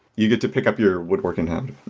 you get to pick up your woodwork in hand.